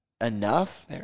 enough